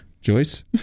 Joyce